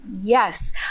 Yes